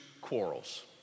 quarrels